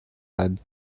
ein